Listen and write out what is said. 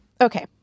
Okay